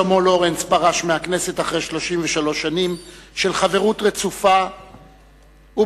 שלמה לורינץ פרש מהכנסת אחרי 33 שנים של חברות רצופה וברוכת-מעש.